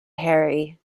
harry